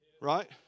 Right